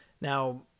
Now